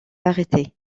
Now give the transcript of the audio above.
arrêté